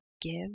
give